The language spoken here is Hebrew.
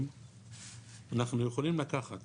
אנחנו יכולים לקחת